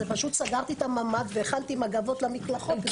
פשוט סגרתי את הממ"ד והכנתי מגבות למקלחות.